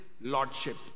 lordship